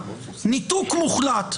ניתוק מוחלט.